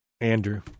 Andrew